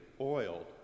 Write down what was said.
oiled